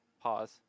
Pause